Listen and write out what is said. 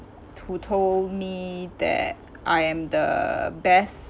to told me that I am the best